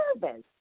service